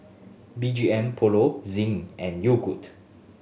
B G M Polo Zinc and Yogood